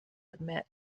admit